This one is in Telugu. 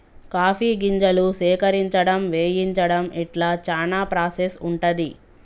కాఫీ గింజలు సేకరించడం వేయించడం ఇట్లా చానా ప్రాసెస్ ఉంటది